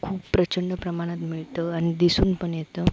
खूप प्रचंड प्रमाणात मिळतं आणि दिसून पण येतं